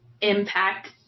impact